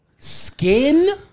Skin